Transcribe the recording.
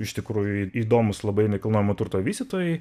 iš tikrųjų įdomūs labai nekilnojamo turto vystytojai